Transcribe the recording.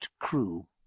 crew